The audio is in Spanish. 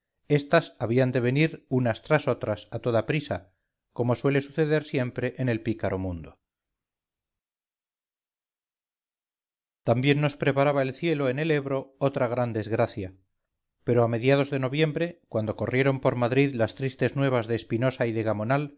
estas habían de venir unas tras otras a toda prisa como suele suceder siempre en el pícaro mundo también nos preparaba el cielo en el ebro otragran desgracia pero a mediados de noviembre cuando corrieron por madrid las tristes nuevas de espinosa y de gamonal